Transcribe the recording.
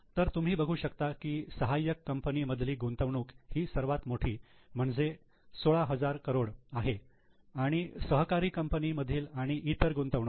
तर तुम्ही बघू शकता की सहाय्यक कंपनी मधली गुंतवणूक ही सर्वात मोठी म्हणजे 16000 करोड आहे आणि सहकारी कंपनी मधील आणि इतर गुंतवणूक